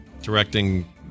directing